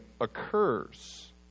occurs